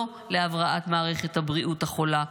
לא להבראת מערכת הבריאות החולה,